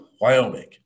Wyoming